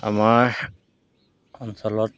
আমাৰ অঞ্চলত